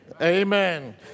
Amen